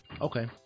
Okay